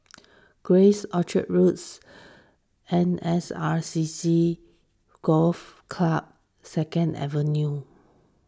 Grace Orchard Roads N S R C C Golf Club Second Avenue